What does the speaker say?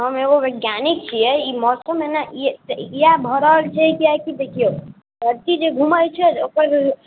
हम एगो वैज्ञानिक छियै ई मौसम एना ई किएक भऽ रहल छै किएक कि देखियौ धरती जे घूमे छै ओकर